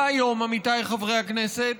והיום, עמיתיי חברי הכנסת,